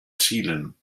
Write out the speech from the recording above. zielen